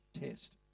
test